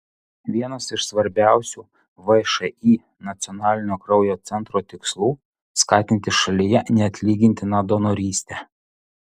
vienas iš svarbiausių všį nacionalinio kraujo centro tikslų skatinti šalyje neatlygintiną donorystę